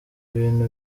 ibintu